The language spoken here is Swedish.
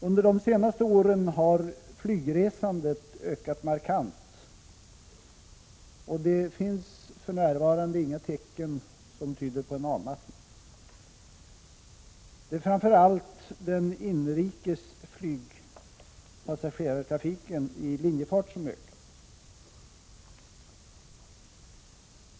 Under de senaste åren har flygresandet ökat markant, och det finns för närvarande inga tecken på avmattning. Det är framför allt den inrikes passagerartrafiken i linjefart som ökat.